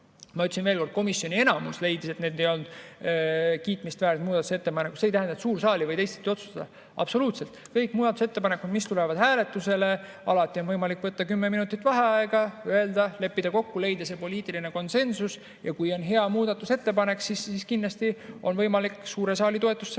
[kordan], et komisjoni enamus leidis, et need ei olnud kiitmist väärt muudatusettepanekud –, siis see ei tähenda, et suur saal ei või teisiti otsustada. Absoluutselt kõigi muudatusettepanekute puhul, mis tulevad hääletusele, on võimalik võtta kümme minutit vaheaega, leppida kokku, leida poliitiline konsensus. Ja kui on hea muudatusettepanek, siis kindlasti on võimalik suure saali toetus